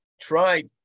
tried